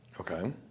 Okay